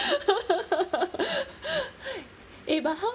eh but how's